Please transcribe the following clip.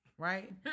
Right